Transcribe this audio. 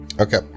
Okay